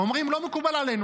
אומרים: לא מקובל עלינו,